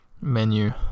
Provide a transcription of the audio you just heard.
menu